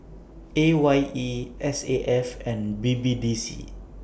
A Y E S A F and B B D C